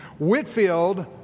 Whitfield